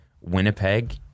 winnipeg